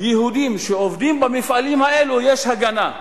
יהודים שעובדים במפעלים האלה יש הגנה.